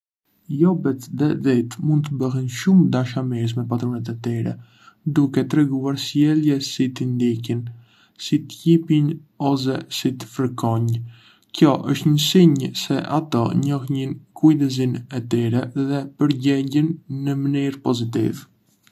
Lopët dhe dhitë mund të bëhen shumë dashamirëse me patrunet e tyre, duke treguar sjellje si t'i ndjekin, t'i lëpijnë ose t'i fërkojnë. Kjo është një sinjë se ato njohin kujdesin e tyre dhe përgjegjen në mënyrë pozitive.